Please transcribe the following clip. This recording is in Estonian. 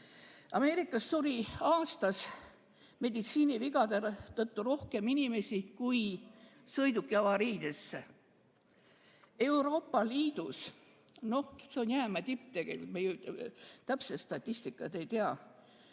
Ameerikas suri aastas meditsiinivigade tõttu rohkem inimesi kui sõidukiavariides. Euroopa Liidus – no see on jäämäe tipp tegelikult, me ju täpset statistikat ei tea